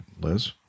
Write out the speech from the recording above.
Liz